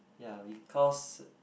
ya because